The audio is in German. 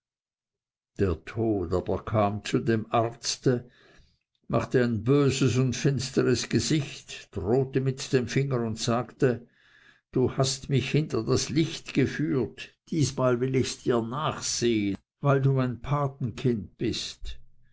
der tod aber kam zu dem arzte machte ein böses und finsteres gesicht drohte mit dem finger und sagte du hast mich hinter das licht geführt diesmal will ich dirs nachsehen weil du mein pate bist